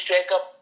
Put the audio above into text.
Jacob